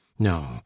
no